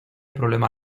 problema